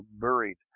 buried